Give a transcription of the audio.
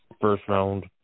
first-round